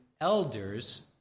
elders